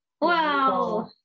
Wow